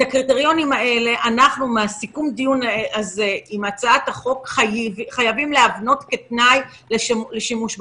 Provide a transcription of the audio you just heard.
את הקריטריונים האלה חייבים להבנות כתנאי לשימוש בכלי.